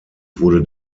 wurde